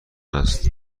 است